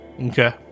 Okay